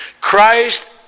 Christ